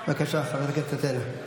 בבקשה, חברת הכנסת טטיאנה.